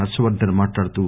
హర్షవర్గన్ మాట్లాడుతూ